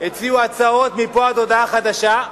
הציעו הצעות מפה עד להודעה חדשה,